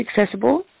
accessible